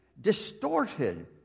distorted